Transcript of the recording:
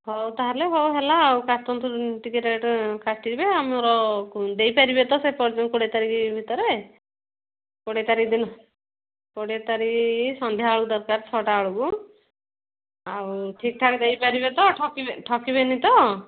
ହଉ ତାହେଲେ ହଉ ହେଲା ଆଉ କାଟନ୍ତୁ ଟିକିଏ ରେଟ୍ କାଟିବେ ଆମର ଦେଇପାରିବେ ତ ସେ ପର୍ଯ୍ୟନ୍ତ କୋଡ଼ିଏ ତାରିଖ ଭିତରେ କୋଡ଼ିଏ ତାରିଖ ଦିନ କୋଡ଼ିଏ ତାରିଖ ସନ୍ଧ୍ୟାବେଳକୁ ଦରକାର ଛଅଟା ବେଳକୁ ଆଉ ଠିକ୍ଠାକ୍ ଦେଇପାରିବେ ତ ଠକିବେନି ତ